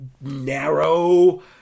narrow